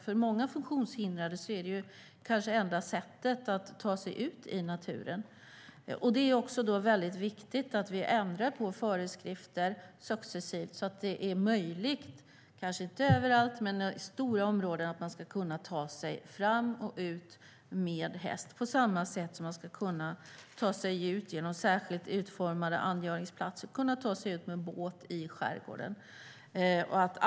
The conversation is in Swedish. För många funktionshindrade är det kanske enda sättet att ta sig ut i naturen. Då är det viktigt att vi successivt ändrar föreskrifterna så att det är möjligt, kanske inte överallt men i stora områden, att ta sig fram på häst, på samma sätt som man genom särskilt utformade angöringsplatser ska kunna ta sig ut i skärgården med båt.